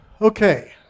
Okay